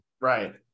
right